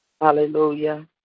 hallelujah